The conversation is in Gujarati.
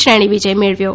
શ્રેણી વિજય મેળવ્યો છે